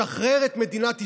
שחרר את מדינת ישראל,